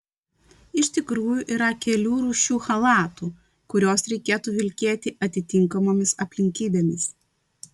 iš tikrųjų yra kelių rūšių chalatų kuriuos reikėtų vilkėti atitinkamomis aplinkybėmis